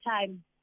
time